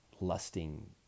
lusting